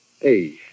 Hey